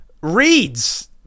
reads